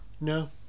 No